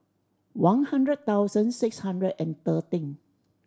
one hundred thousand six hundred and thirteen